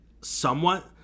somewhat